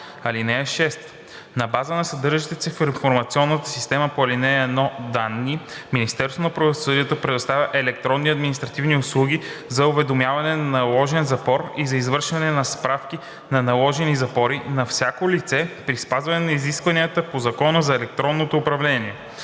(6) На базата на съдържащите се в информационната система по ал. 1 данни Министерството на правосъдието предоставя електронни административни услуги за уведомяване за наложен запор и за извършване на справки за наложени запори на всяко лице при спазване на изискванията по Закона за електронното управление.